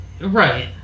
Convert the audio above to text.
Right